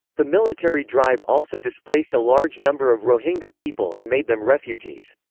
the military drive also displaced a large number of rohingya people and made them refugees.